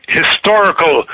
historical